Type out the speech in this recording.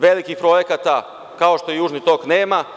Velikih projekata kao što je „Južni tok“ nema.